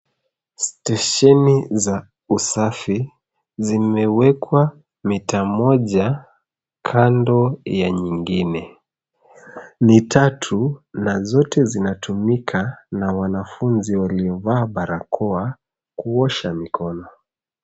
Stesheni za usafi zimewekwa mita moja kando ya nyingine. Ni tatu na zote zinatumika na wanafunzi waliovaa barakoa kuosha mikono.